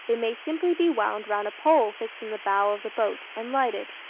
it may simply be wound round a pole fixed in the bow of the boat, and lighted.